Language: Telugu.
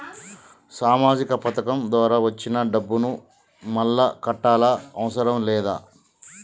సామాజిక పథకం ద్వారా వచ్చిన డబ్బును మళ్ళా కట్టాలా అవసరం లేదా?